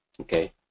Okay